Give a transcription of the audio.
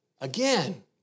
again